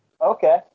Okay